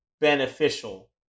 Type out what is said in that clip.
beneficial